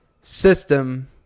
system